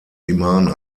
imam